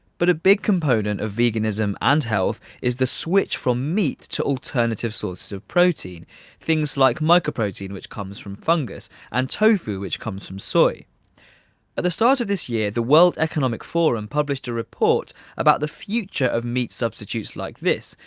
but a big component of veganism and health is the switch from meat to alternative sources of protein things like micro protein, which comes from fungus and tofu which comes from soy. at the start of this year the world economic forum published a report about the future of meat substitutes like this,